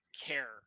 care